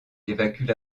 évacuent